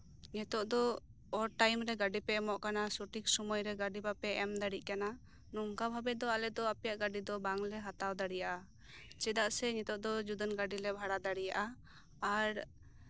ᱱᱤᱛᱚᱜ ᱫᱚ ᱚ ᱴᱟᱭᱤᱢ ᱨᱮ ᱜᱟᱹᱰᱤ ᱯᱮ ᱮᱢᱚᱜ ᱠᱟᱱᱟ ᱥᱚᱴᱷᱤᱠ ᱥᱚᱢᱚᱭᱨᱮ ᱜᱟᱹᱰᱤ ᱵᱟᱯᱮ ᱮᱢ ᱫᱟᱲᱮᱭᱟᱜᱼᱠᱟᱱᱟ ᱱᱚᱝᱠᱟ ᱵᱷᱟᱵᱮ ᱫᱚ ᱟᱞᱮ ᱫᱚ ᱟᱯᱮᱭᱟᱜ ᱜᱟᱹᱰᱤ ᱵᱟᱝᱞᱮ ᱦᱟᱛᱟᱣ ᱫᱟᱽᱲᱮᱭᱟᱜᱼᱟ ᱪᱮᱫᱟᱜ ᱥᱮ ᱱᱤᱛᱚᱜ ᱫᱚ ᱡᱩᱫᱟᱹᱱ ᱜᱟᱹᱰᱤᱛᱮ ᱜᱟᱹᱰᱤᱞᱮ ᱵᱷᱟᱲᱟ ᱫᱟᱲᱮᱜ ᱟ